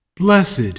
Blessed